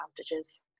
advantages